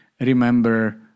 remember